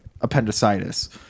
appendicitis